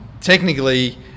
technically